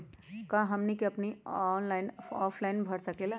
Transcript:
क्या हमनी आवेदन फॉर्म ऑनलाइन भर सकेला?